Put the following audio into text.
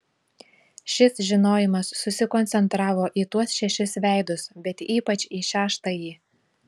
šis žinojimas susikoncentravo į tuos šešis veidus bet ypač į šeštąjį